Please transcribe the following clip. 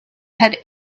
had